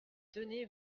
tenez